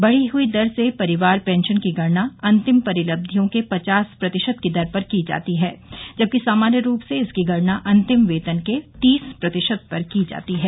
बढ़ी हुई दर से परिवार पेंशन की गणना अंतिम परिलब्धियों के पचास प्रतिशत की दर पर की जाती है जबकि सामान्य रूप से इसकी गणना अंतिम वेतन के तीस प्रतिशत पर की जाती है